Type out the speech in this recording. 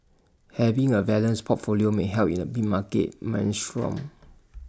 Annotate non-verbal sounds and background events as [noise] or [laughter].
having A balanced portfolio may help in A big market maelstrom [noise]